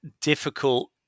difficult